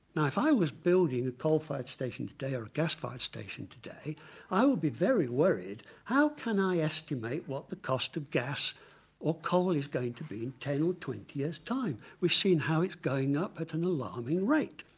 now if i was building a coal-fired station today or a gas-fired station today i would be very worried how can i estimate what the cost of gas or coal is going to be in ten or twenty years time. we've seen how it's going up at an alarming rate.